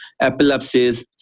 epilepsies